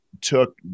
took